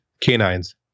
canines